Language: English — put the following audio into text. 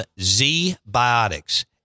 Z-Biotics